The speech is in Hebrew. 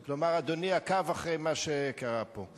כלומר, אדוני עקב אחרי מה שקרה פה.